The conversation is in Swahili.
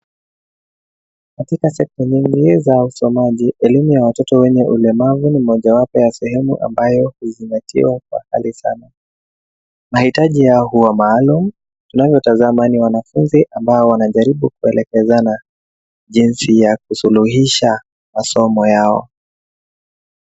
Katika sekta nyingi ya usomaji elimu ya watoto wenye ulemavu ni moja wapo ya sehemu ambayo huzingatiwa kwa hali sana, mahitaji yao huwa maalum. Unavyo tazama ni wanafunzi ambao wanajaribu kuelekazana jinsi ya kusulihisha masomo yao.